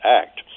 act